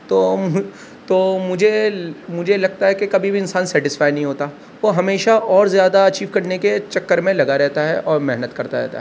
تو تو مجھے مجھے لگتا ہے کہ کبھی بھی انسان سیٹیسفائی نہیں ہوتا وہ ہمیشہ اور زیادہ اچیو کرنے کے چکر میں لگا رہتا ہے اور محنت کرتا رہتا ہے